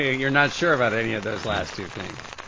you're not sure about any of those last two things?